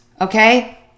Okay